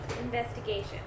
Investigation